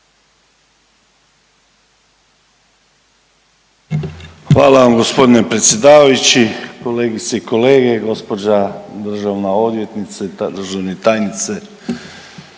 Hvala vam gospodine predsjedavajući, kolegice i kolege, gospođa državna odvjetnice, državna tajnice,